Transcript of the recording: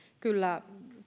kyllä